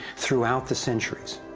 throughout the centuries.